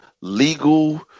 legal